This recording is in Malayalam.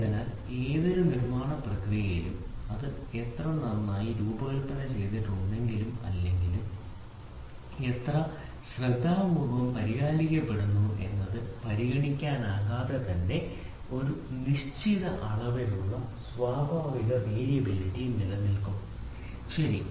അതിനാൽ ഏതൊരു നിർമ്മാണ പ്രക്രിയയിലും അത് എത്ര നന്നായി രൂപകൽപ്പന ചെയ്തിട്ടുണ്ടെങ്കിലും അല്ലെങ്കിൽ എത്ര ശ്രദ്ധാപൂർവ്വം പരിപാലിക്കപ്പെടുന്നു എന്നത് പരിഗണിക്കാതെ തന്നെ ഒരു നിശ്ചിത അളവിലുള്ള സ്വാഭാവിക വേരിയബിളിറ്റി നിലനിൽക്കും ശരി